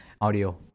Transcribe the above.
audio